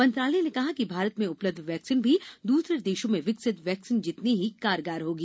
मंत्रालय ने कहा कि भारत में उपलब्ध वैक्सीन भी दूसरे देशों में विकसित वैक्सीन जितनी ही कारगर होगी